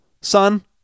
son